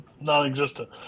non-existent